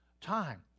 time